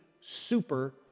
super